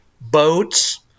boats